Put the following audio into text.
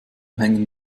hängen